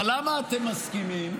אבל למה אתם מסכימים?